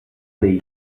dei